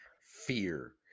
fear